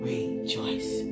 Rejoice